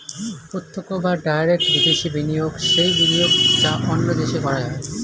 প্রত্যক্ষ বা ডাইরেক্ট বিদেশি বিনিয়োগ সেই বিনিয়োগ যা অন্য দেশে করা হয়